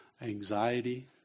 anxiety